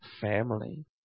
family